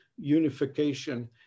unification